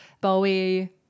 Bowie